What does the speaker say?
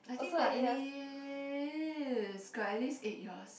I think got at least got at least eight years